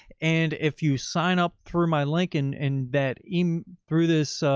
and if you sign up through my link and and that even through this,